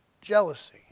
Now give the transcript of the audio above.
Jealousy